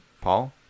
paul